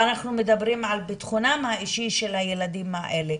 ואנחנו מדברים על ביטחונם האישי של הילדים האלה.